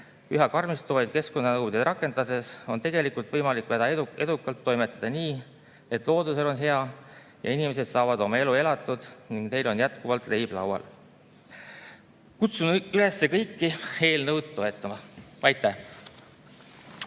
üha karmistuvaid keskkonnanõudeid rakendades on võimalik väga edukalt toimetada nii, et loodusel on hea ja inimesed saavad oma elu elatud ning neil on jätkuvalt leib laual. Kutsun üles kõiki eelnõu toetama. Aitäh!